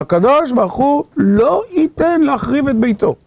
הקדוש ברוך הוא לא ייתן להחריב את ביתו.